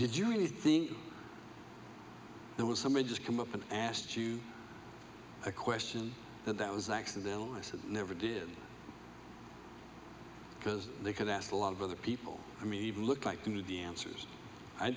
did you know anything there was somebody just come up and asked you a question and that was accidental i said never did because they could ask a lot of other people i mean even look like into the answers i